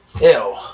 ew